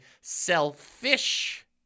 selfish